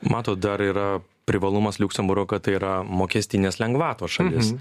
matot dar yra privalumas liuksemburgo kad tai yra mokestinės lengvatos šalis